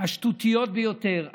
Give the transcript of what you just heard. השטותיות ביותר,